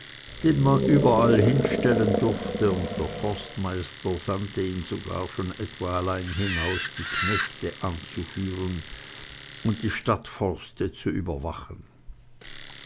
den man überall hinstellen durfte und der forstmeister sandte ihn schon etwa allein hinaus die knechte anzuführen und die stadtforste zu überwachen